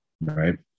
Right